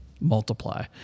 multiply